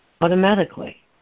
automatically